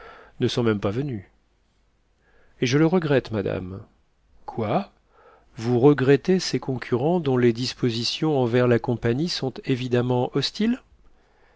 ne sont même pas venus et je le regrette madame quoi vous regrettez ces concurrents dont les dispositions envers la compagnie sont évidemment hostiles